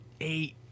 eight